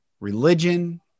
religion